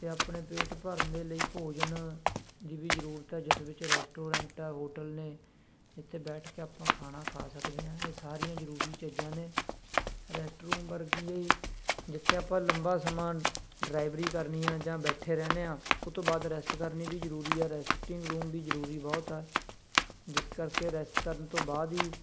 ਅਤੇ ਆਪਣੇ ਪੇਟ ਭਰਨ ਦੇ ਲਈ ਭੋਜਨ ਦੀ ਵੀ ਜ਼ਰੂਰਤ ਹੈ ਜਿਸ ਵਿੱਚ ਰੈਸਟੋਰੈਂਟ ਆ ਹੋਟਲ ਨੇ ਜਿੱਥੇ ਬੈਠ ਕੇ ਆਪਾਂ ਖਾਣਾ ਖਾ ਸਕਦੇ ਹਾਂ ਇਹ ਸਾਰੀਆਂ ਜਰੂਰੀ ਚੀਜ਼ਾਂ ਨੇ ਰੈਸਟ ਰੂਮ ਵਰਗੀ ਇਹ ਜਿੱਥੇ ਆਪਾਂ ਲੰਬਾ ਸਮਾਂ ਡਰਾਈਵਰੀ ਕਰਨੀ ਹੈ ਜਾਂ ਬੈਠੇ ਰਹਿੰਦੇ ਹਾਂ ਉਹ ਤੋਂ ਬਾਅਦ ਰੈਸਟ ਕਰਨੀ ਵੀ ਜ਼ਰੂਰੀ ਹੈ ਰੈਸਟਿੰਗ ਰੂਮ ਵੀ ਜ਼ਰੂਰੀ ਬਹੁਤ ਹੈ ਜਿਸ ਕਰਕੇ ਰੈਸਟ ਕਰਨ ਤੋਂ ਬਾਅਦ ਹੀ